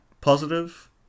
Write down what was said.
positive